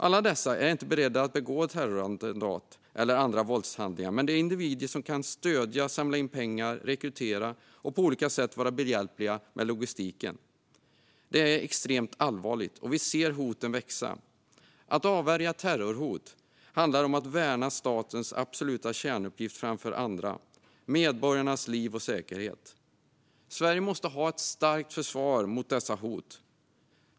Alla dessa är inte beredda att begå terrorattentat eller andra våldshandlingar, men det är individer som kan stödja, samla in pengar, rekrytera och på olika sätt vara behjälpliga med logistiken. Detta är extremt allvarligt, och vi ser hoten växa. Att avvärja terrorhot handlar om att värna statens absoluta kärnuppgift framför andra: medborgarnas liv och säkerhet. Sverige måste ha ett starkt försvar mot dessa hot.